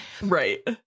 Right